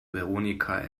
veronika